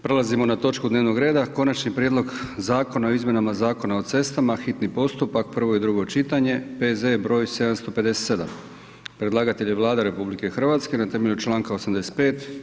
Prelazimo na točku dnevnog reda: - Konačni prijedlog zakona o izmjenama Zakona o cestama, hitni postupak, prvo i drugo čitanje, P.Z. br. 757 Predlagatelj je Vlada RH na temelju članka 85.